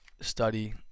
study